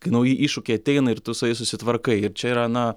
kai nauji iššūkiai ateina ir tu su jais susitvarkai ir čia yra na